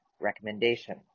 Recommendation